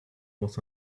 was